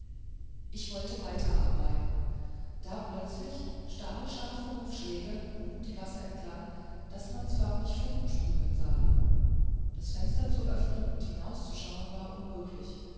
ich wollte weiterarbeiten da plötzlich stahlscharfe hufschläge unten die gasse entlang daß man's förmlich funken sprühen sah das fenster zu öffnen und hinauszuschauen war unmöglich